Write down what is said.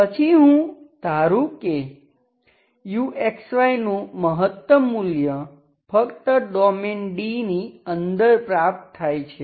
પછી હું ધારુ કે u નું મહત્તમ મૂલ્ય ફક્ત ડોમેઈન D ની અંદર પ્રાપ્ત થાય છે